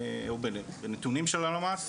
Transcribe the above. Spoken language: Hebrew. עם נתונים של הלמ"ס.